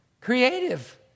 creative